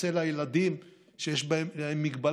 אצל הילדים שיש להם מגבלה,